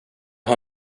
har